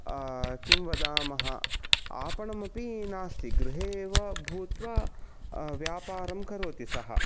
किं वदामः आपणमपि नास्ति गृहे एव भूत्वा व्यापारं करोति सः